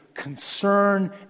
concern